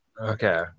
Okay